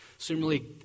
Similarly